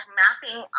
mapping